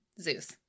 zeus